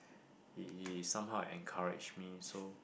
he he somehow encourage me so